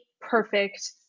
perfect